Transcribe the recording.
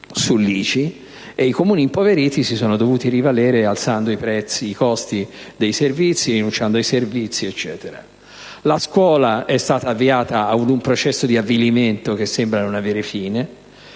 sull'ICI, e i Comuni impoveriti si sono dovuti rivalere alzando i costi dei servizi, rinunciando ai servizi e così via; la scuola è stata avviata ad un processo di avvilimento che sembra non avere fine;